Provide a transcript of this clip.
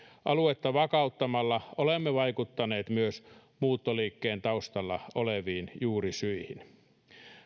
aluetta vakauttamalla olemme vaikuttaneet myös muuttoliikkeen taustalla oleviin juurisyihin